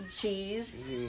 Cheese